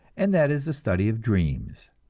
and that is the study of dreams.